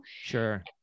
sure